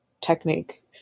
technique